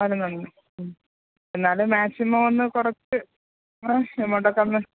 വരുന്നുണ്ട് എന്നാല് മാക്സിമം ഒന്നു കുറച്ച് എമൗണ്ടൊക്കെയൊന്ന്